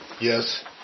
Yes